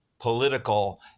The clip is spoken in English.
political